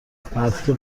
مرتیکه